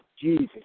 Jesus